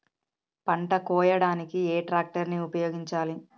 పంట కోయడానికి ఏ ట్రాక్టర్ ని ఉపయోగించాలి?